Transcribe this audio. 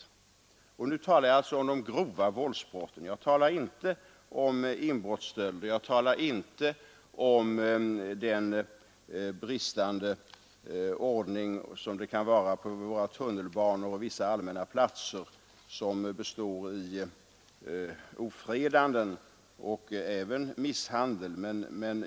Jag understryker att jag här bara talar om de grova våldsbrotten, inte om inbrottsstölderna eller om den bristande ordning som kan råda i våra tunnelbanor eller på vissa allmänna platser och som består i ofredanden och även misshandel.